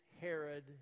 Herod